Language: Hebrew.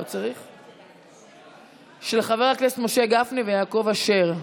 של חבר הכנסת משה גפני ויעקב אשר.